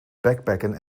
backpacken